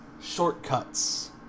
shortcuts